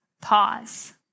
pause